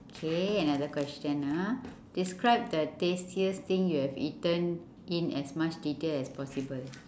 okay another question ah describe the tastiest thing you have eaten in as much detail as possible